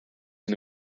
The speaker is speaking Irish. ina